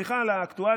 וסליחה על האקטואליה,